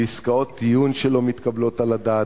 לעסקאות טיעון שלא מתקבלות על הדעת,